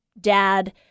dad